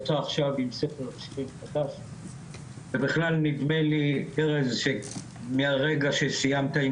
זה בכלל נדמה לי ארז שמהרגע שסיימת את